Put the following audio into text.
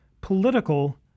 political